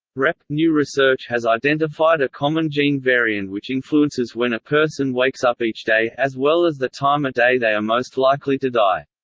rep. new research has identified a common gene variant which influences when a person wakes up each day, as well as the time of day they are most likely to die.